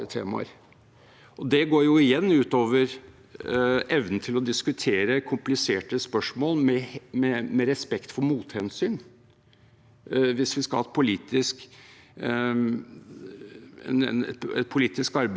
hvis vi skal ha et politisk arbeid som er basert på én-saks-engasjement, og med de mulighetene for misforståelse og polarisering som følger med det.